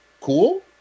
cool